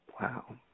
Wow